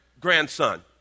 grandson